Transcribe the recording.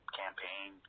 campaign